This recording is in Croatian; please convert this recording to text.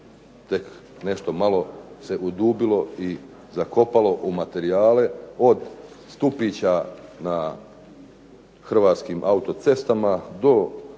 tek nešto malo se udubilo i zakopalo u materijale od stupića na "Hrvatskim autocestam" do